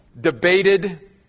debated